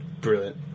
Brilliant